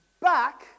back